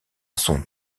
son